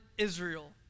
Israel